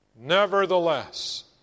Nevertheless